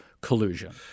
collusion